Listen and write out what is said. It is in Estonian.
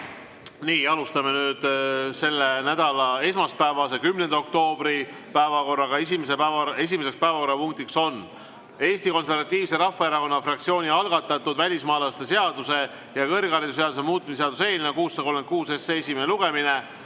Alustame nüüd selle nädala esmaspäevast, 10. oktoobri päevakorda. Esimene päevakorrapunkt on Eesti Konservatiivse Rahvaerakonna fraktsiooni algatatud välismaalaste seaduse ja kõrgharidusseaduse muutmise seaduse eelnõu 636 esimene lugemine.